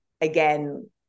again